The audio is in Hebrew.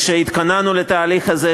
כשהתכוננו לתהליך הזה,